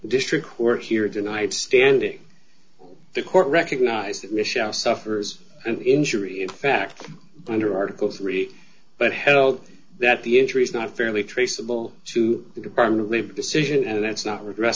district court here tonight standing in the court recognized that michelle suffers an injury in fact under article three but held that the injuries not fairly traceable to the department of labor decision and that's not regre